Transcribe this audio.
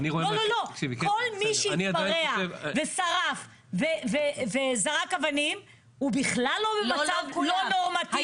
כל מי שהתפרע ושרף וזרק אבנים הוא בכלל לא במצב לא נורמטיבי.